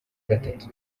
gatatu